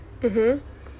mmhmm